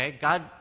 God